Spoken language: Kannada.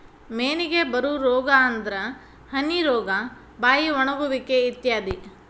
ಮೇನಿಗೆ ಬರು ರೋಗಾ ಅಂದ್ರ ಹನಿ ರೋಗಾ, ಬಾಯಿ ಒಣಗುವಿಕೆ ಇತ್ಯಾದಿ